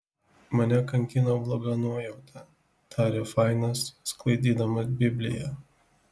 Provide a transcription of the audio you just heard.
mane kankino bloga nuojauta tarė fainas sklaidydamas bibliją